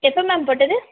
எப்போ மேம் போட்டது